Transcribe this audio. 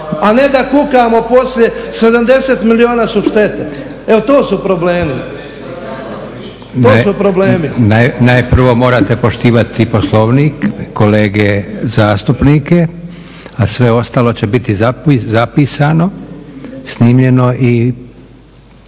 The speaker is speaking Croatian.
A ne da kukamo poslije 70 milijuna su štete. Evo, to su problemi. **Leko, Josip (SDP)** Najprije morate poštivati Poslovnik, kolege zastupnike a sve ostalo će biti zapisano, snimljeno i